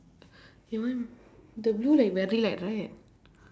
he wear the blue like very light right